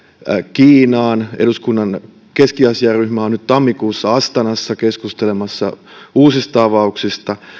kiinaan eduskunnan keski aasia ryhmä on tammikuussa astanassa keskustelemassa uusista avauksista